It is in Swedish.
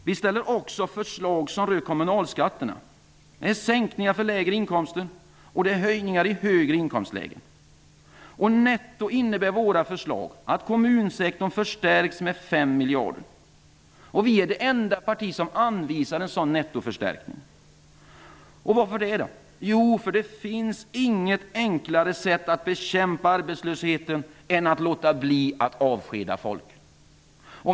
Vi ställer också förslag som rör kommunalskatterna. Det är sänkningar för lägre inkomster, och det är höjningar i högre inkomstlägen. Netto innebär våra förslag att kommunsektorn förstärks med 5 miljarder. Vi är det enda parti som anvisar en sådan förstärkning. Varför? Jo, det finns inte något enklare sätt att bekämpa arbetslösheten än att låta bli att avskeda folk.